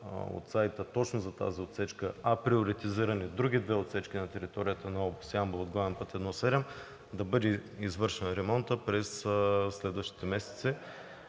от сайта точно за тази отсечка, приоритизиране други две отсечки на територията на област Ямбол от главен път I-7, да бъде извършен ремонтът през следващите месеци